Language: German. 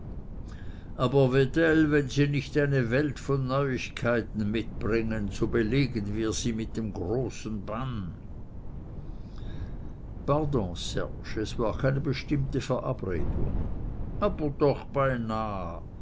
aber wedell wenn sie nicht eine welt von neuigkeiten mitbringen so belegen wir sie mit dem großen bann pardon serge es war keine bestimmte verabredung aber doch beinah